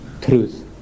truth